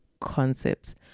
concepts